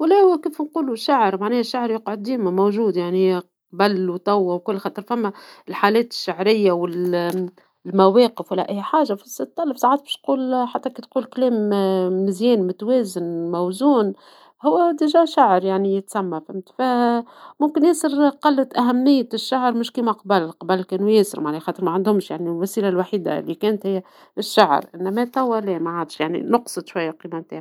ولا نوقف نقولوا شعر معناه الشعر يقعد ديما موجود يعنى قبل وتوا وكل خاطر ثما الحالات الشعرية والمواقف ولا اي حاجة في السنغال ساعات تقول كلام آآ مزيان متوازن موزون هو نديجا شعر يعني يتسمى فهمت، فممكن ياسر قلت أهمية الشعر مش كيما قبل، قبل كانوا ياسر معناه خاطر ما عندهمش يعني الوسيلة الوحيدة اللي كانت هي الشعر انما توا لا معدش يعني نقصت شوية قيمتها.